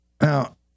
Now